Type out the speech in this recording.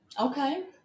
Okay